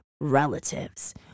relatives